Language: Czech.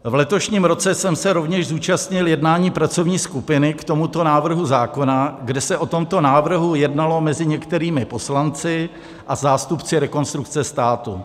V letošním roce jsem se rovněž zúčastnil jednání pracovní skupiny k tomuto návrhu zákona, kde se o tomto návrhu jednalo mezi některými poslanci a zástupci Rekonstrukce státu.